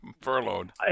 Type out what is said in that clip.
furloughed